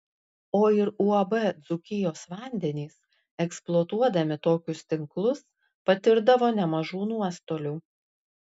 o ir uab dzūkijos vandenys eksploatuodami tokius tinklus patirdavo nemažų nuostolių